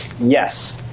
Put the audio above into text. Yes